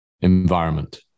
environment